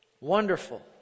Wonderful